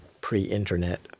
pre-internet